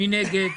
מי נגד?